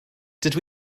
dydw